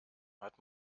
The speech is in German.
hat